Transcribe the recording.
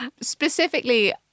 Specifically